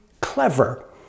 clever